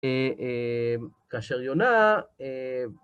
כאשר יונה,